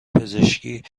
پزشکی